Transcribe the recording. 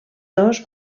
dos